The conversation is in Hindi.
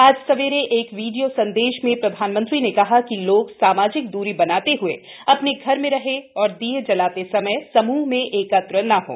आज सवेरे एक वीडियों संदेश में प्रधानमंत्री ने कहा कि लोग सामाजिक दूरी बनाते हुए अपने घर में रहें और दिए जलाते समय समूह में एकत्र न हों